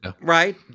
Right